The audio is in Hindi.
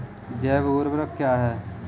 जैव ऊर्वक क्या है?